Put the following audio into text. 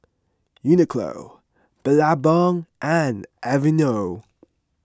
Uniqlo Billabong and Aveeno